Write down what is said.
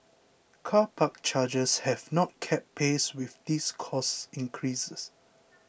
car park charges have not kept pace with these cost increases